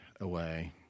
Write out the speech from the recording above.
away